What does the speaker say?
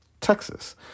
Texas